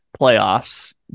playoffs